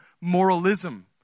moralism